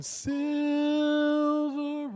silver